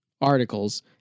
articles